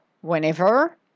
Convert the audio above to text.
whenever